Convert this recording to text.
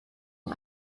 den